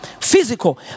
physical